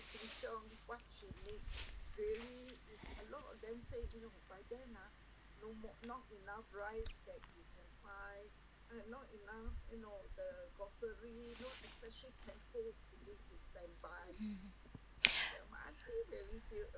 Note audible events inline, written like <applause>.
mm <breath>